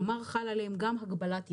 כלומר חלה עליהן גם הגבלת יציאה,